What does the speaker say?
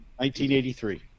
1983